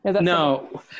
no